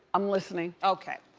i'm listening. okay,